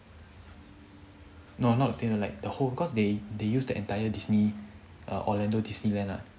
no not the stadium like the whole cause they they use the entire disney err orlando disneyland ah